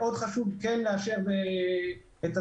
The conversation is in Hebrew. מאוד חשוב כן לאשר את התקנות.